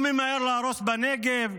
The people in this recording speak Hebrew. הוא ממהר להרוס בנגב.